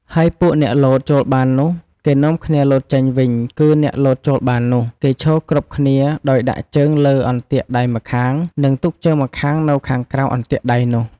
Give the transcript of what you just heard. ហើយពួកអ្នកលោតចូលបាននោះ គេនាំគ្នាលោតចេញវិញ គឺអ្នកលោតចូលបាននោះ គេឈរគ្រប់គ្នាដោយដាក់ជើងលើអន្ទាក់ដៃម្ខាង និងទុកជើងម្ខាងនៅខាងក្រៅអន្ទាក់ដៃនោះ ។